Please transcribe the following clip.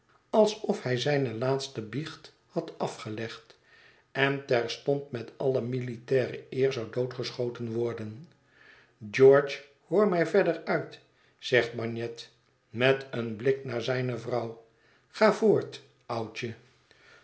alsof hij zijne laatste biecht had afgelegd en terstond met alle militaire eer zou doodgeschoten worden george hoor mij verder uit zegt bagnet met een blik naar zijne vrouw ga voort oudje